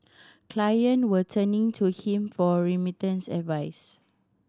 client were turning to him for remittance advice